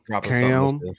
cam